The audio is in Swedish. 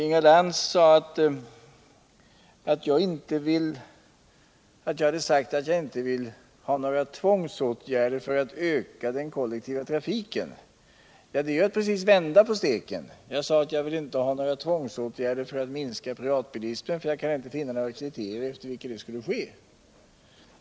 Inga Lantz påstod att jag hade sagt att jag inte vill ha några tvångsåtgärder för att öka den kollektiva trafiken. Det är ju att precis vända på steken. Jag sade att jag inte vill ha några tvångsåtgärder för att minska privatbilismen, eftersom jag inte kan finna några kriterier efter vilka det skulle ske.